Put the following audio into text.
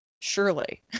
Surely